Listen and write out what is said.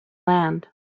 land